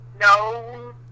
No